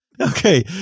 Okay